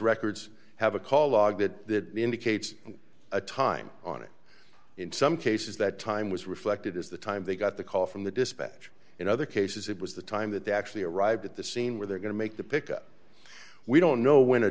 records have a call log that indicates a time on it in some cases that time was reflected is the time they got the call from the dispatcher in other cases it was the time that they actually arrived at the scene where they're going to make the pick up we don't know when a